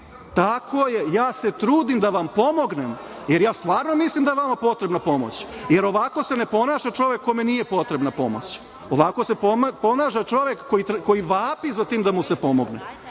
je, ja se trudim da vam pomognem, jer ja stvarno mislim da je vama potrebna pomoć, jer ovako se ne ponaša čovek kome nije potrebna pomoć. Ovako se ponaša čovek koji vapi za tim da mu se pomogne. Dakle,